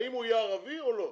האם הוא יהיה ערבי או לא,